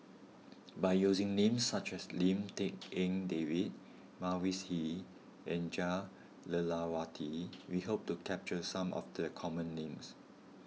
by using names such as Lim Tik En David Mavis Hee and Jah Lelawati we hope to capture some of the common names